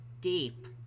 Deep